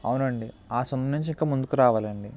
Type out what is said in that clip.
అవునండి ఆ సందు నుంచి ఇంకా ముందుకు రావాలి అండి